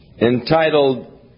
entitled